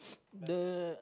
the